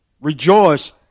Rejoice